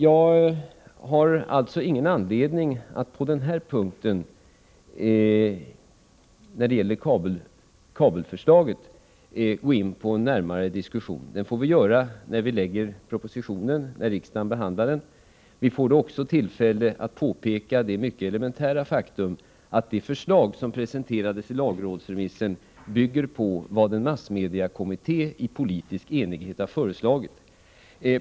Jag har alltså ingen anledning att på den punkten, när det gäller kabel-TV-förslaget, gå in i någon närmare diskussion. Det får vi göra när regeringen lägger fram propositionen och riksdagen behandlar den. Vi får då också tillfälle att påpeka det mycket elementära faktum att det förslag som presenterades i lagrådsremissen bygger på vad massmediakommittén i politisk enighet har föreslagit.